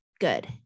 good